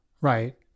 Right